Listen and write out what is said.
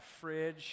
fridge